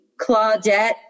Claudette